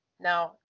Now